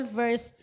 verse